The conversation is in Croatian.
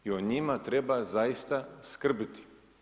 I o njima treba zaista skrbiti.